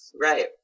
Right